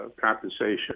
compensation